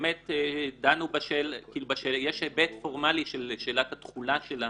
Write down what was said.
באמת יש היבט פורמלי של שאלת התחולה שלה